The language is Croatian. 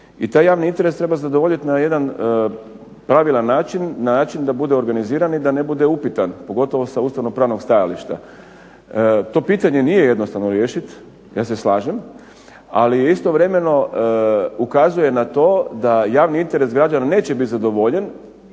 i taj interes treba zadovoljiti na jedan pravilan način, način da bude organiziran i da ne bude upitan pogotovo sa ustavno-pravnog stajališta. To pitanje nije jednostavno riješiti, ja se slažem ali istovremeno ukazuje na to da javni interes građana neće biti zadovoljen